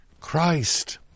Christ